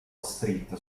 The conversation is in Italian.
street